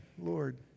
Lord